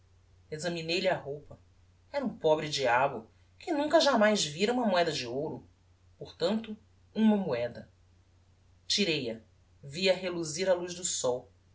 alegria examinei lhe a roupa era um pobre diabo que nunca jamais vira uma moeda de ouro portanto uma moeda tirei a vi-a reluzir á luz do sol